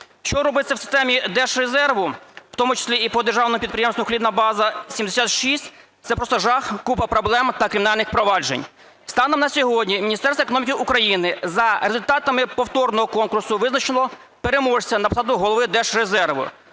Що робиться в системі Держрезерву, в тому числі і по Державному підприємству "Хлібна база 76", це просто жах: купа проблем та кримінальних проваджень. Станом на сьогодні Міністерство економіки України за результатами повторного конкурсу визначило переможця на посаду Голови Держрезерву.